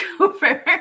over